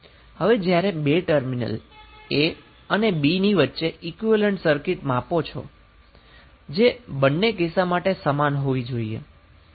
હવે જ્યારે બે ટર્મિનલ a અને b ની વચ્ચે ઈક્વીવેલેન્ટ સર્કિટ માપો છો જે બંને કિસ્સા માટે સમાન હોવા જોઈએ